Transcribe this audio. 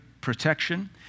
protection